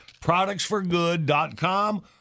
productsforgood.com